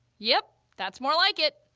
yep! that's more like it.